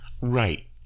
Right